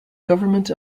government